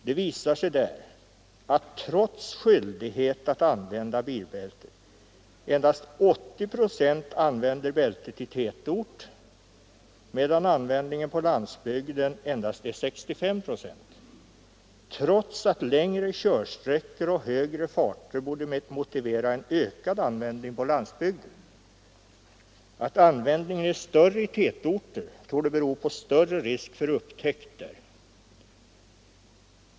Trots skyldigheten att använda bilbälte har det visat sig att endast 80 procent där använder bältet under körning i tätort, medan användningen på landsbygden är 65 procent — detta trots att längre körsträckor och högre farter borde motivera en ökad användning på landsbygden. Att användningen av bilbälte är mer omfattande i tätorter torde bero på större risk för upptäckt där om man inte använder det.